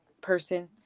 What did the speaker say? person